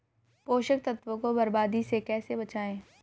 पोषक तत्वों को बर्बादी से कैसे बचाएं?